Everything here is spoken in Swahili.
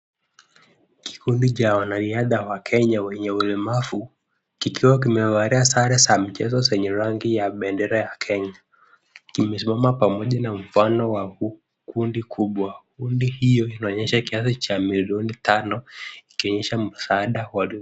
Kikundi cha wanariadha wa Kenya wenye ulemavu, kikiwa kimevalia sare za michezo zenye rangi ya bendera ya Kenya. Kimesimama pamoja na mfano wa hundi kubwa. Kundi hiyo inaonyesha kiasi cha milioni tano ikionyesha msaada wa dunia.